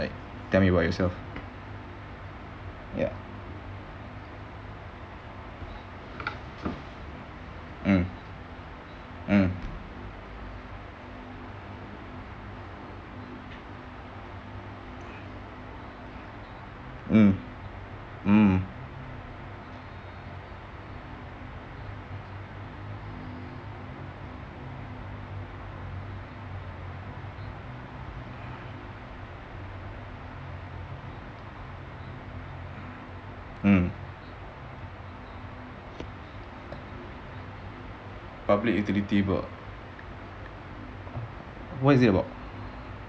tell me about yourself